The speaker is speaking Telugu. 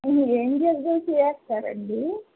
మీరు ఏం జెర్దోసి వేస్తారండి